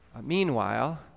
Meanwhile